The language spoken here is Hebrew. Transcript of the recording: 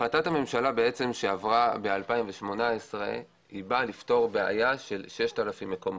החלטת הממשלה שעברה ב-2018 באה לפתור בעיה של 6,000 מקומות.